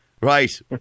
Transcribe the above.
Right